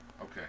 okay